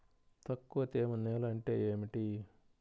తక్కువ తేమ నేల అంటే ఏమిటి?